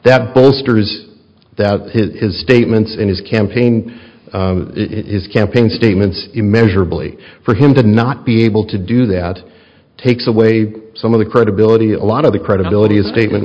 that bolsters that his statements in his campaign his campaign statements immeasurably for him to not be able to do that takes away some of the credibility a lot of the credibility a statement